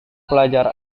pelajar